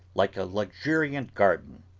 like a luxuriant garden.